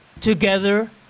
together